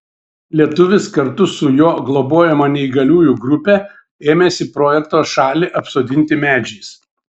lietuvis kartu su jo globojama neįgaliųjų grupe ėmėsi projekto šalį apsodinti medžiais